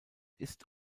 ist